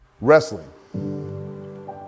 Wrestling